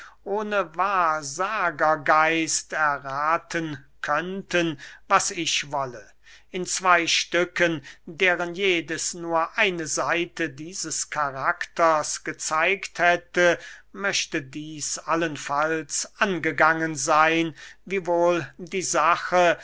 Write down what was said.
ohne wahrsagergeist errathen könnten was ich wolle in zwey stücken deren jedes nur eine seite dieses karakters gezeigt hätte möchte dieß allenfalls angegangen seyn wiewohl die sache